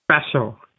special